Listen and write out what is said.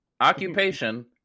occupation